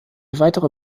weitere